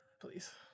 please